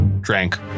drank